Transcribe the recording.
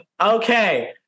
Okay